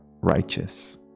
Righteous